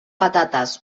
patates